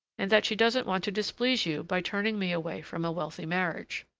and that she doesn't want to displease you by turning me away from a wealthy marriage.